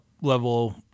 level